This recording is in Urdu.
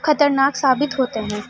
خطرناک ثابت ہوتے ہیں